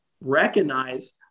recognize